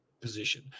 position